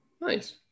Nice